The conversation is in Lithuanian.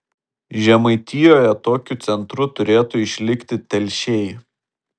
žemaitijoje tokiu centru turėtų išlikti telšiai